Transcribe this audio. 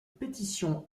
pétition